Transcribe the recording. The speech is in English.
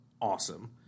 awesome